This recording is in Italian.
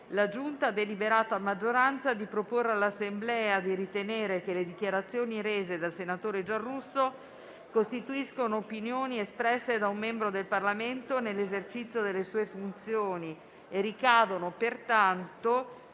parlamentari ha deliberato, a maggioranza, di proporre all'Assemblea di deliberare che le dichiarazioni rese dal senatore Stefano Candiani costituiscono opinioni espresse da un membro del Parlamento nell'esercizio delle sue funzioni e ricadono pertanto